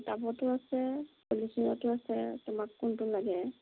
টাবতো আছে পলিথিনতো আছে তোমাক কোনটো লাগে